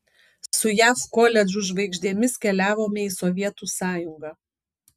su jav koledžų žvaigždėmis keliavome į sovietų sąjungą